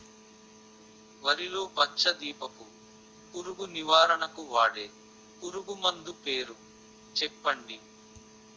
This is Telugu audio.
వరిలో పచ్చ దీపపు పురుగు నివారణకు వాడే పురుగుమందు పేరు చెప్పండి?